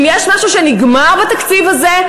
אם יש משהו שנגמר בתקציב הזה,